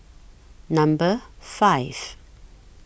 Number five